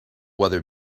weather